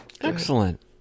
Excellent